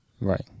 Right